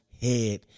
head